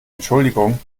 entschuldigung